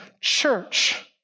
church